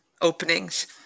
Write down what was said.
openings